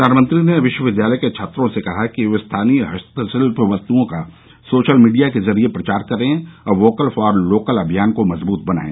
प्रधानमंत्री ने विश्वविद्यालयके छात्रों से कहा कि वे स्थानीय हस्तशिल्प वस्तुओं का सोशल मीडिया के जरिये प्रचारकरें और वोकल फॉर लोकल अभियान को मजबूत बनायें